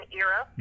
era